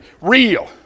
real